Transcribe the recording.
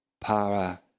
para